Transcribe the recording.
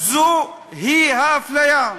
זוהי האפליה.